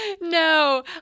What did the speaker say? No